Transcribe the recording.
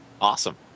Awesome